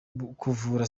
kuvura